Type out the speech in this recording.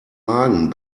magen